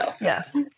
Yes